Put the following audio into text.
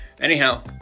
anyhow